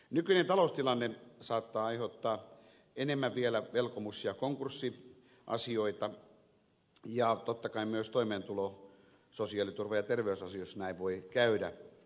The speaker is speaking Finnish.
nykyinen taloustilanne saattaa aiheuttaa vielä enemmän velkomus ja konkurssiasioita ja totta kai myös toimeentulo sosiaaliturva ja terveysasioissa näin voi käydä